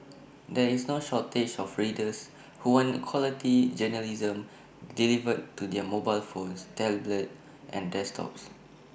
there is no shortage of readers who want quality journalism delivered to their mobile phones tablets and desktops